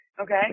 Okay